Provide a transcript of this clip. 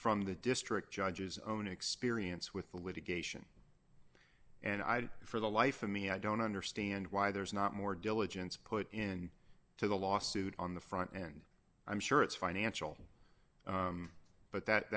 from the district judges own experience with the litigation and i for the life of me i don't understand why there's not more diligence put in to the lawsuit on the front and i'm sure it's financial but that